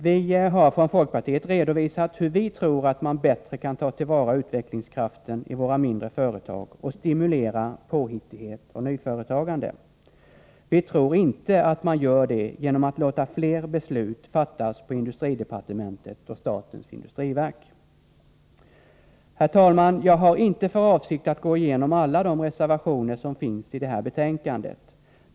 Vi i folkpartiet har redovisat hur vi tror att man bättre kan ta till vara utvecklingskraften i våra mindre företag och stimulera påhittighet och nyföretagande. Vi tror inte att man gör det genom att låta fler beslut fattas av industridepartementet och statens industriverk. Herr talman! Jag har inte för avsikt att gå igenom alla de reservationer som är fogade till detta betänkande.